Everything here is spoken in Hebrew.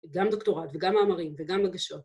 ‫גם דוקטורט וגם מאמרים וגם הגשות.